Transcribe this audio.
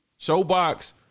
showbox